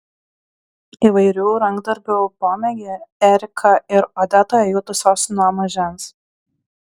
įvairių rankdarbių pomėgį erika ir odeta jutusios nuo mažens